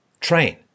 Train